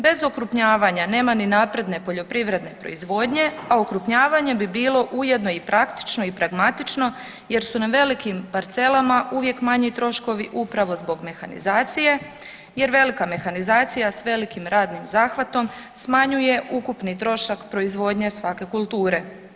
Bez okrupnjavanja nema ni napredne poljoprivredne proizvodnje, a okrupnjavanje bi bilo ujedno i praktično i pragmatično jer su na velikim parcelama uvijek manji troškovi upravo zbog mehanizacije jer velika mehanizacija s velikim radnim zahvatom smanjuje ukupni trošak proizvodnje svake kulture.